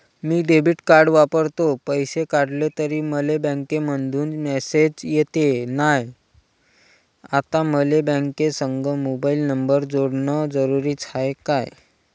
मी debit card वापरतो, पैसे काढले तरी मले बँकेमंधून मेसेज येत नाय, आता मले बँकेसंग मोबाईल नंबर जोडन जरुरीच हाय का?